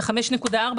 את ה-5.4%,